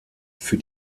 für